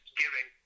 giving